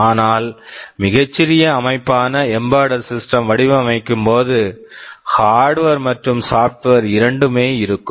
ஆனால் மிகச் சிறிய அமைப்பான எம்பெட்டட் சிஸ்டம் embedded system வடிவமைக்கும்போது ஹார்ட்வர் hardware மற்றும் சாப்ட்வேர் software இரண்டுமே இருக்கும்